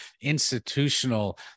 institutional